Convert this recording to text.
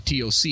TOC